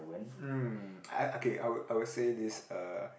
hmm I okay I will I will say this uh